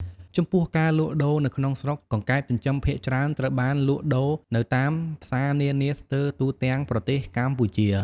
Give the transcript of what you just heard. ចំពោះការលក់ដូរនៅក្នុងស្រុក កង្កែបចិញ្ចឹមភាគច្រើនត្រូវបានលក់ដូរនៅតាមផ្សារនានាស្ទើទូទាំងប្រទេសកម្ពុជា។